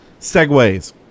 Segways